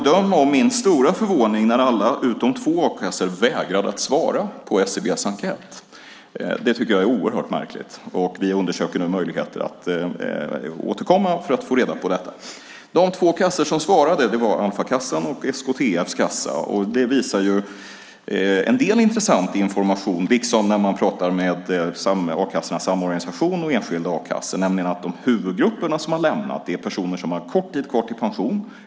Döm om min stora förvåning när alla utom två a-kassor vägrade att svara på SCB:s enkät. Det tycker jag är oerhört märkligt. Vi undersöker nu möjligheter att återkomma för att få reda på detta. De två kassor som svarade var Alfakassan och SKTF:s kassa. Det ger ju en del intressant information, liksom när man pratar med a-kassornas samorganisation och enskilda a-kassor, nämligen att de huvudgrupper som har lämnat är personer som har kort tid kvar till pensionen.